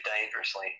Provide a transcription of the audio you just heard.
dangerously